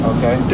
Okay